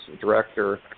director